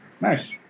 Nice